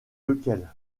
lequel